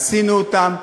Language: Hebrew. עשינו אותם.